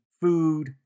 food